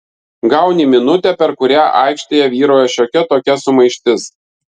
gauni minutę per kurią aikštėje vyrauja šiokia tokia sumaištis